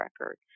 record